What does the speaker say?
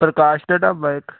ਪ੍ਰਕਾਸ਼ ਦਾ ਢਾਬਾ ਇੱਕ